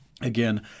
Again